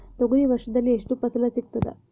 ತೊಗರಿ ವರ್ಷದಲ್ಲಿ ಎಷ್ಟು ಫಸಲ ಸಿಗತದ?